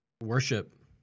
worship